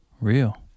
real